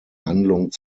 handlung